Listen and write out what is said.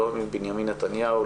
לא מבנימין נתניהו,